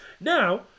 Now